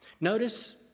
Notice